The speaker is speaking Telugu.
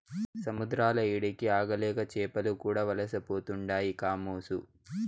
సముద్రాల ఏడికి ఆగలేక చేపలు కూడా వలసపోతుండాయి కామోసు